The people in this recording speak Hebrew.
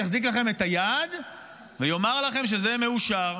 יחזיק לכם את היד ויאמר לכם שזה מאושר.